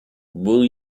will